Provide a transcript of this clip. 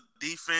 defense